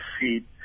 feed